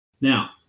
Now